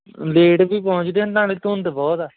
late ਵੀ ਪਹੁੰਚਦੇ ਨਾਲੇ ਧੁੰਦ ਬਹੁਤ ਆ